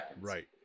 Right